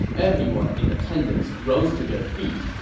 everyone in attendance rose to their feet,